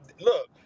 look